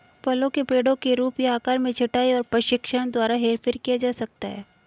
फलों के पेड़ों के रूप या आकार में छंटाई और प्रशिक्षण द्वारा हेरफेर किया जा सकता है